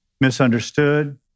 misunderstood